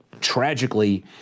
tragically